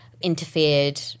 interfered